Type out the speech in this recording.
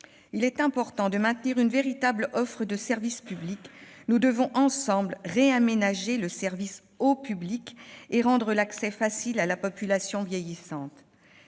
il est important de maintenir une véritable offre de services publics. Nous devons, ensemble, réaménager le service au public et en rendre l'accès facile à la population vieillissante.